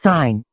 Sign